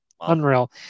unreal